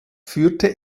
führte